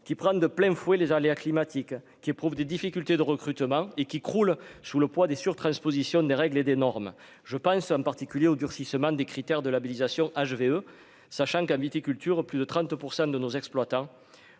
qui prennent de plein fouet les aléas climatiques qui éprouvent des difficultés de recrutement et qui croule sous le poids des sur-transposition des règles et des normes, je pense en particulier au durcissement des critères de labellisation HVE sachant qu'plus de 30 pour 100 de nos exploitants